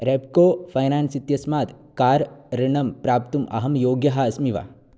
Repco Finance इत्यस्मात् car ऋणम् प्राप्तुम् अहं योग्यः अस्मि वा